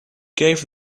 gave